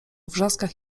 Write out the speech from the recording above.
wrzaskach